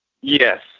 Yes